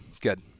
Good